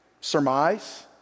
Surmise